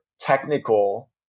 technical